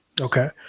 Okay